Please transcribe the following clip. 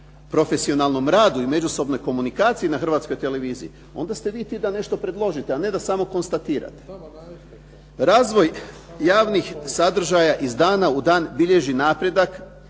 profesionalnom radu i međusobnoj komunikaciji na Hrvatskoj televiziji, onda ste vi ti da nešto predložite, a ne da samo konstatirate. Razvoj javnih sadržaja iz dana u dan bilježi napredak